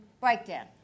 breakdown